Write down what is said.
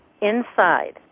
inside